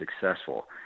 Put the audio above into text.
successful